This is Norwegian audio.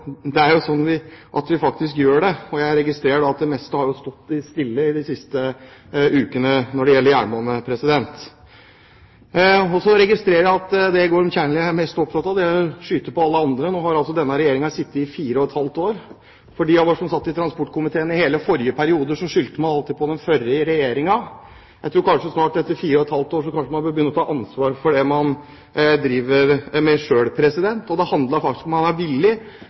at vi faktisk gjør det. Jeg registrerer at det meste har stått stille på jernbanen de siste ukene. Så registrerer jeg at det Gorm Kjernli er mest opptatt av, er å skyte på alle andre. Nå har altså denne regjeringen sittet i fire og et halvt år. De som satt i transportkomiteen i hele forrige periode, skyldte alltid på den forrige regjeringen. Jeg tror kanskje at man snart – etter fire og et halvt år – bør begynne å ta ansvar for det man driver med selv, og det handler faktisk om man er villig